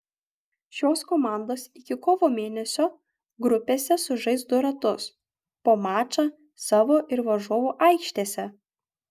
šios komandos iki kovo mėnesio grupėse sužais du ratus po mačą savo ir varžovų aikštėse